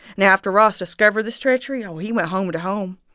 now, after ross discovered this treachery, oh, he went home to home,